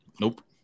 Nope